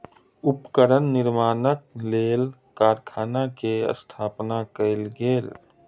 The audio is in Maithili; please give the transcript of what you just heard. उपकरण निर्माणक लेल कारखाना के स्थापना कयल गेल